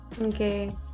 Okay